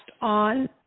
on